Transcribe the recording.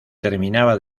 terminaba